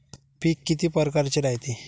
पिकं किती परकारचे रायते?